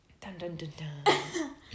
Dun-dun-dun-dun